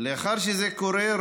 ולאחר שזה קורה,